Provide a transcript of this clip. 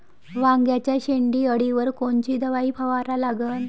वांग्याच्या शेंडी अळीवर कोनची दवाई फवारा लागन?